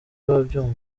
ababyumva